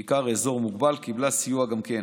בעיקר אזור מוגבל, קיבלה סיוע גם כן.